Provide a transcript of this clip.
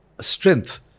Strength